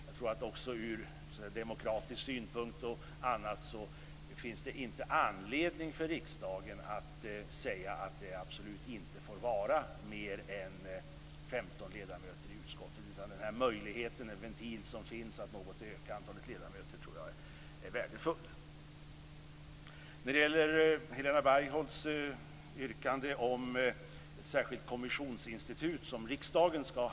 Jag tror att riksdagen bl.a. ur demokratisk synpunkt inte har anledning att säga att det absolut inte får vara fler än 15 ledamöter i utskotten. Jag tror att den ventil som finns att något öka antalet ledamöter är värdefull. Helena Bargholtz yrkar på ett särskilt kommissionsinstitut i riksdagen.